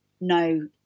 no